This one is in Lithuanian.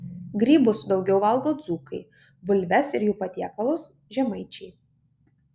grybus daugiau valgo dzūkai bulves ir jų patiekalus žemaičiai